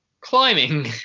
climbing